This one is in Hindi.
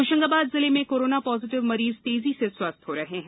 होशंगाबाद जिले में कोरोना पॉजिटिव मरीज तेजी से स्वस्थ हो रहे हैं